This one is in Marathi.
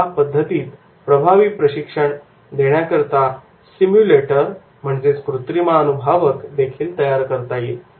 या पद्धतीत प्रभावी प्रशिक्षण देण्याकरिता कृत्रिमानुभावक सिम्युलेटर देखील तयार करता येईल